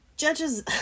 judges